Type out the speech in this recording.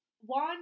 one